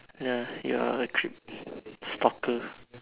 ya you are a creep stalker